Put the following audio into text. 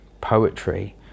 poetry